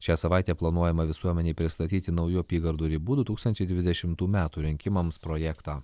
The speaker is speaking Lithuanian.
šią savaitę planuojama visuomenei pristatyti naujų apygardų ribų du tūkstančiai dvidešimtų metų rinkimams projektą